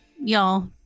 Y'all